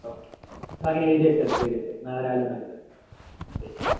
okay എന്നാലങ്ങനെ എഴുതി വെച്ചാൽ മതി എഴുതി വെച്ചാൽ മതി നാളെ രാവിലെ വന്നാൽ കിട്ടും ശരി